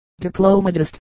diplomatist